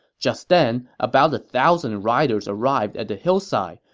just then, about a thousand riders arrived at the hillside.